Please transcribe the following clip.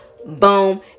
boom